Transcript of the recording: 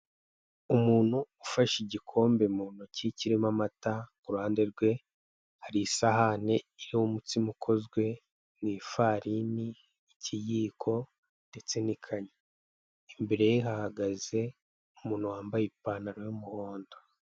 Umuntu ufashe igikombe mu ntoki kirimo amata, ku ruhande rwe hari isahan irimo umutsima ukoze mu ifarine, ikiyiko , ndetse n'ikaye, imbereye hahagaze umuntu wambaye ipantaro y'umuhondo.